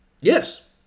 Yes